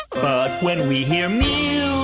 but when we hear music,